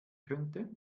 könnte